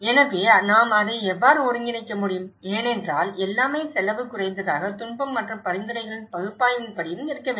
எனவே நாம் அதை எவ்வாறு ஒருங்கிணைக்க முடியும் ஏனென்றால் எல்லாமே செலவு குறைந்ததாக துன்பம் மற்றும் பரிந்துரைகளின் பகுப்பாய்வின்படியும் இருக்க வேண்டும்